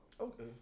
Okay